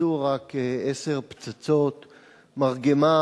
התפוצצו רק עשר פצצות מרגמה,